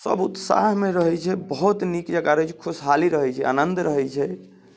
सब उत्साहमे रहै छै बहुत नीक जकाँ रहै छै खुशहाली रहै छै आनन्द रहै छै